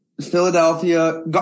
Philadelphia